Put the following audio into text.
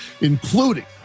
including